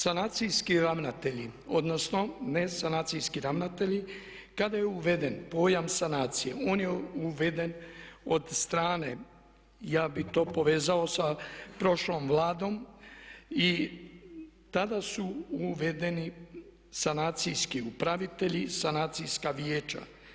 Sanacijski ravnatelji odnosno ne sanacijski ravnatelji kada je uveden pojam sanacije on je uveden od strane ja bih to povezao sa prošlom Vladom i tada su uvedeni sanacijski upravitelji, sanacijska vijeća.